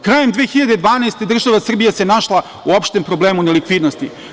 Krajem 2012. godine država Srbija se našla u opštem problemu nelikvidnosti.